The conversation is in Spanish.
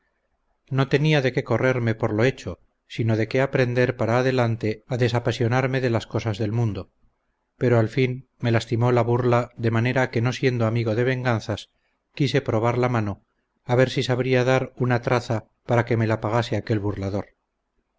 no tenía de qué correrme por lo hecho sino de qué aprender para adelante a desapasionarme de las cosas del mundo pero al fin me lastimó la burla de manera que no siendo amigo de venganzas quise probar la mano a ver si sabría dar una traza para que me la pagase aquel burlador